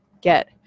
get